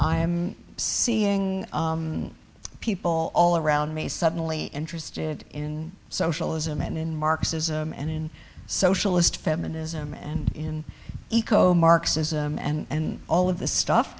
i'm seeing people all around me suddenly interested in socialism and in marxism and in socialist feminism and eco marxism and all of this stuff